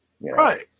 right